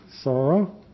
sorrow